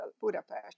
Budapest